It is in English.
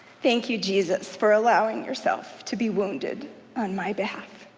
thank you, jesus, for allowing yourself to be wounded on my behalf.